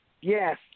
yes